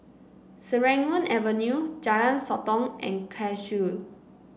Serangoon Avenue Jalan Sotong and Cashew